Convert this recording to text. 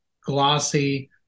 glossy